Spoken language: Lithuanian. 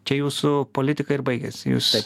čia jūsų politika ir baigėsi jūs